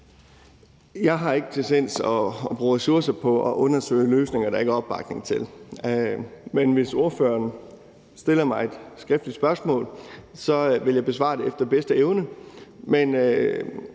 Jeg er ikke til sinds at bruge ressourcer på at undersøge løsninger, der ikke er opbakning til. Men hvis ordføreren stiller mig et skriftligt spørgsmål, vil jeg besvare det efter bedste evne.